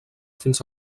fins